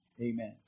Amen